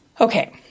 Okay